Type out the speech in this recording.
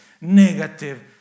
negative